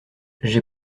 j’ai